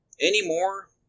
Anymore